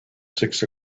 six